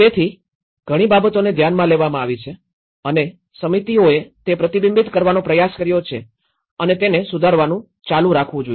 તેથી ઘણી બાબતોને ધ્યાનમાં લેવામાં આવી છે અને સમિતિઓએ તે પ્રતિબિંબિત કરવાનો પ્રયાસ કર્યો છે અને તેને સુધારવાનું ચાલુ રાખવું જોઈએ